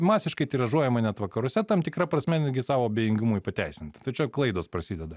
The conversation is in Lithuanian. masiškai tiražuojama net vakaruose tam tikra prasme netgi savo abejingumui pateisinti tai čia klaidos prasideda